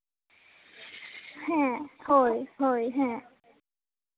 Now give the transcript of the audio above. ᱦᱮᱸ ᱦᱮᱸ ᱦᱳᱭ ᱦᱮᱸ